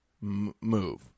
Move